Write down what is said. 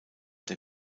der